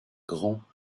grand